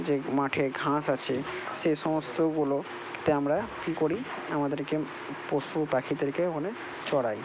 যে মাঠে ঘাস আছে সেই সমস্তগুলোতে আমরা কী করি আমাদেরকে পশুপাখিদেরকে ওখানে চরাই